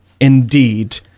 Indeed